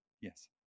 Yes